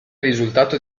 risultato